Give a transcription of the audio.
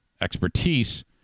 expertise